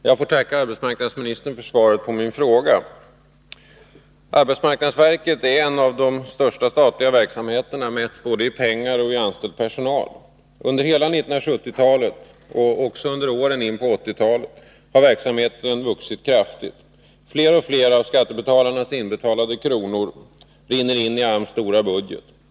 Herr talman! Jag får tacka arbetsmarknadsministern för svaret på min fråga. 15 Arbetsmarknadsverket är en av de största statliga verksamheterna mätt både i pengar och i anställd personal. Under hela 1970-talet och under åren in på 1980-talet har verksamheten vuxit kraftigt. Fler och fler av skattebetalarnas inbetalade kronor rinner in i AMS stora budget.